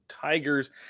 tigers